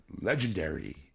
legendary